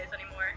anymore